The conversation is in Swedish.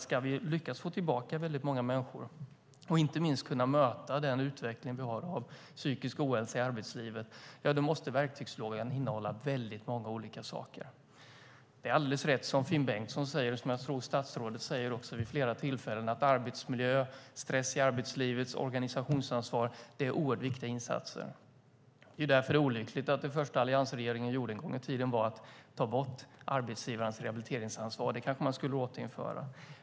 Ska vi lyckas få tillbaka väldigt många människor och inte minst kunna möta den utveckling vi har av psykisk ohälsa i arbetslivet måste verktygslådan innehålla väldigt många olika saker. Det är alldeles rätt som Finn Bengtsson säger och som statsrådet också säger vid flera tillfällen, att åtgärder inom arbetsmiljön och mot stress i arbetslivets organisation är oerhört viktiga insatser. Det är därför olyckligt att det första alliansregeringen gjorde en gång i tiden var att ta bort arbetsgivarens rehabiliteringsansvar. Det skulle man kanske återinföra.